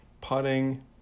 putting